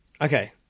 Okay